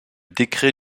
décret